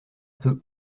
peu